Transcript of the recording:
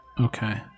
Okay